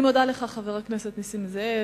אני מודה לך, חבר הכנסת נסים זאב.